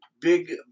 big